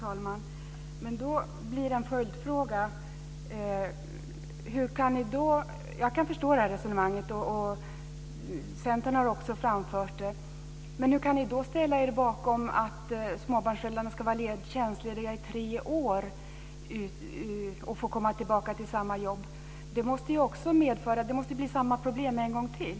Fru talman! Då måste jag ställa en följdfråga. Jag kan förstå det här resonemanget. Centern har också framfört det. Men hur kan ni då ställa er bakom att småbarnsföräldrarna ska vara tjänstlediga i tre år och få komma tillbaka till samma jobb? Det måste bli samma problem en gång till.